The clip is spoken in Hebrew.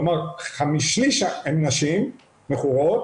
כלומר 1/3 הן נשים מכורות